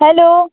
hello